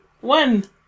one